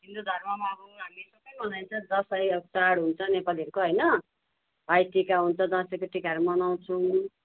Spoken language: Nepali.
हिन्दू धर्ममा अब उनीहरूले सबै मनाइन्छ नि न दसैँ चाड हुन्छ नेपालीहरूको होइन भाइ टिका हुन्छ दसैँको टिकाहरू मनाउँछौँ